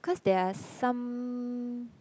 cause there are some